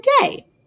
today